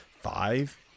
five